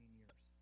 years